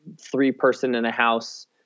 three-person-in-a-house